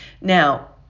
Now